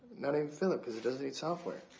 not even phillip, because it doesn't need software.